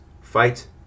fight